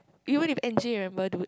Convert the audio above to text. we watch with N_J remember dude